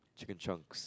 chicken chunks